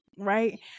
Right